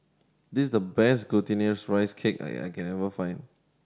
this is the best Glutinous Rice Cake I can find